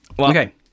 Okay